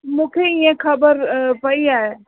मूंखे ईअं ख़बरु पई आहे